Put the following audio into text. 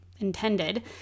intended